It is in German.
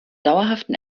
dauerhaften